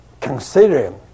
considering